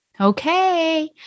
Okay